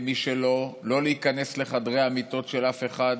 זה לא להיכנס לחדרי המיטות של אף אחד,